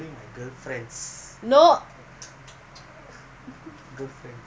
என்னா:ennaa girlfriend வீட்டுலஒருதங்கச்சிஇருக்குன்னுதெரில:veetula oru thankachi irukkunnu therila girlfriends